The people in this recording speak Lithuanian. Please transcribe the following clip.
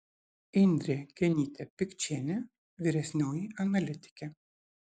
indrė genytė pikčienė vyresnioji analitikė